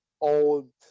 old